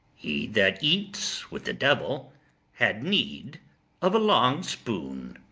he that eats with the devil had need of a long spoon